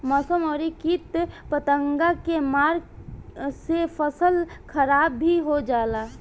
मौसम अउरी किट पतंगा के मार से फसल खराब भी हो जाला